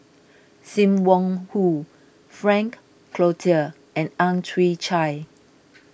Sim Wong Hoo Frank Cloutier and Ang Chwee Chai